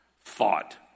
thought